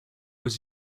was